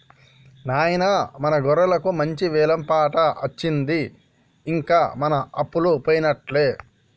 నాయిన మన గొర్రెలకు మంచి వెలం పాట అచ్చింది ఇంక మన అప్పలు పోయినట్టే